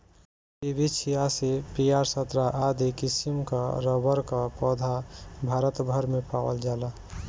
PB छियासी, PR सत्रह आदि किसिम कअ रबड़ कअ पौधा भारत भर में पावल जाला